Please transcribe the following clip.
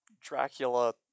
Dracula